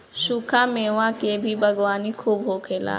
सुखा मेवा के भी बागवानी खूब होखेला